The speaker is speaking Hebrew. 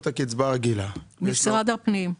משרד הפנים.